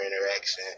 interaction